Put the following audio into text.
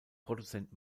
produzent